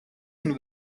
and